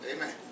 Amen